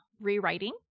rewriting